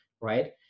right